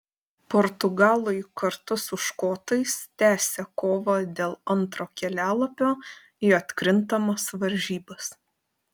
portugalai kartu su škotais tęsią kovą dėl antro kelialapio į atkrintamas varžybas